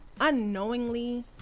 unknowingly